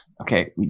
okay